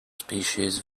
species